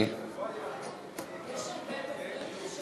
אני מוסיף לפרוטוקול את תמיכתה של חברת הכנסת זועבי,